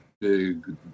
big